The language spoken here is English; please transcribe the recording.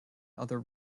other